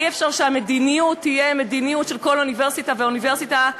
אי-אפשר שהמדיניות תהיה מדיניות של כל אוניברסיטה ואוניברסיטה,